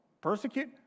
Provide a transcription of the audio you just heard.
Persecute